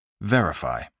Verify